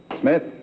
Smith